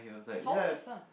how old is his son